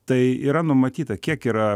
tai yra numatyta kiek yra